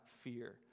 fear